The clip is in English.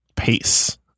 pace